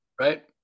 right